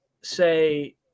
say